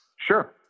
Sure